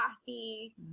coffee